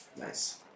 Nice